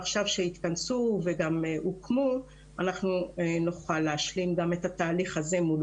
עכשיו כשהתכנסו וגם הוקמו אנחנו נוכל להשלים גם את התהליך הזה מול